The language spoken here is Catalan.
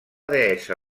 deessa